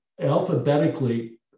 alphabetically